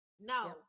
no